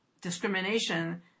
discrimination